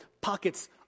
pockets